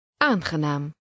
Aangenaam